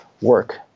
work